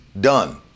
done